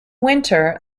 winter